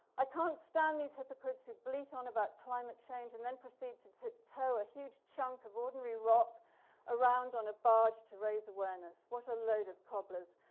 i can't stand these hypocrites who bleat on about climate change and then proceeded to to tow a huge chunk of ordinary rock around on a barge to raise awareness. what a load of cobblers?